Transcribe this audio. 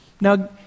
Now